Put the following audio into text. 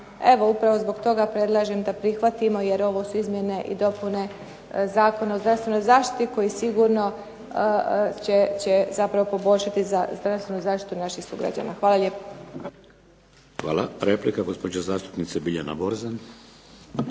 Evo, upravo zbog toga predlažem da prihvatimo, jer ovo su izmjene i dopune Zakona o zdravstvenoj zaštiti koji sigurno će zapravo poboljšati zdravstvenu zaštitu naših sugrađana. Hvala lijepo. **Šeks, Vladimir (HDZ)** Hvala. Replika, gospođa zastupnica Biljana Borzan.